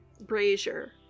Brazier